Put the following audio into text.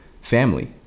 family